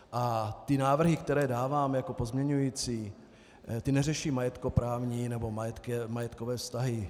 A ty návrhy, které dávám jako pozměňovací, ty neřeší majetkoprávní nebo majetkové vztahy.